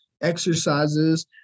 exercises